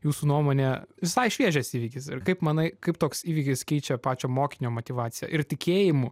jūsų nuomonė visai šviežias įvykis ir kaip manai kaip toks įvykis keičia pačią mokinio motyvaciją ir tikėjimu